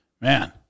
man